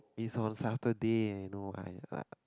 it's on Saturday no idea